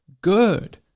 good